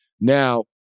Now